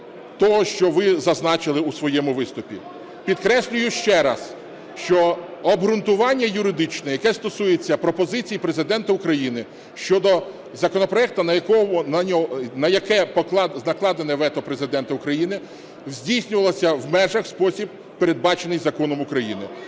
того, що ви зазначили у своєму виступі. Підкреслюю ще раз, що обґрунтування юридичне, яке стосується пропозицій Президента України щодо законопроекту, на який накладене вето Президента України, здійснювалося в межах і в спосіб, передбачений законом України.